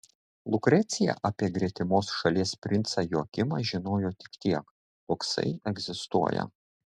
lukrecija apie gretimos šalies princą joakimą žinojo tik tiek toksai egzistuoja